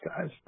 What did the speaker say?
guys